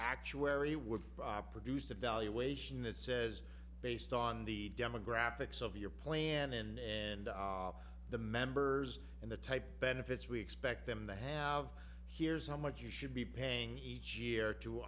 actuary would bob produce a valuation that says based on the demographics of your plan and the members and the type benefits we expect them to have here's how much you should be paying each year to